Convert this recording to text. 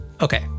Okay